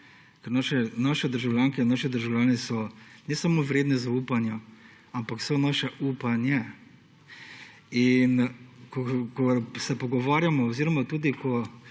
Naši državljanke in naši državljani so ne samo vredni zaupanja, ampak so naše upanje. Ko se pogovarjamo oziroma ko